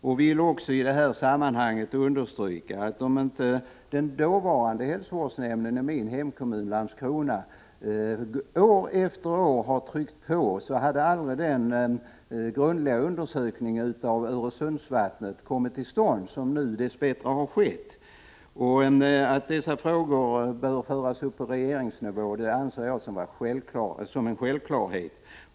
Jag vill i detta sammanhang också understryka, att om inte den dåvarande hälsovårdsnämnden i min hemkommun Landskrona år efter år hade tryckt på, hade den grundliga undersökning av Öresundsvattnet som nu har skett aldrig kommit till stånd. Att dessa frågor bör föras upp på regeringsnivå anser jag vara en självklarhet.